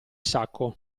sacco